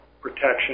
protection